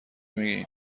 میگین